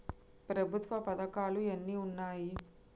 ప్రభుత్వ పథకాలు ఎన్ని ఉన్నాయి?